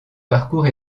parcours